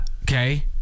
Okay